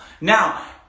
Now